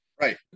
Right